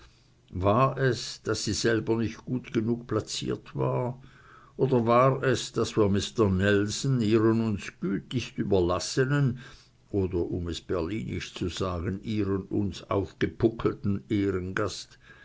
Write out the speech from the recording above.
war es daß sie selber nicht gut genug placiert war oder war es daß wir mister nelson ihren uns gütigst überlassenen oder um es berlinisch zu sagen ihren uns aufgepuckelten ehrengast